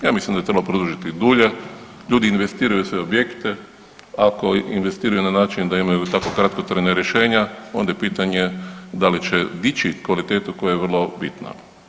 Ja mislim da je trebalo produžiti dulje, ljudi investiraju u svoje objekte ako investiraju na način da imaju tako kratkotrajna rješenja onda je pitanje da li će dići kvalitetu koja je vrlo bitna.